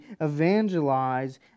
evangelize